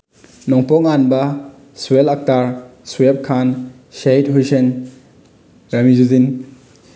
ꯅꯣꯡꯄꯣꯛꯉꯥꯟꯕ ꯁ꯭ꯋꯦꯜ ꯑꯛꯇꯥꯔ ꯁ꯭ꯋꯦꯔ ꯈꯥꯟ ꯁꯌꯤꯠ ꯍꯨꯏꯁꯦꯟ ꯔꯅꯤꯖꯨꯗꯤꯟ